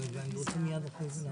מי בעד, מי נגד, מי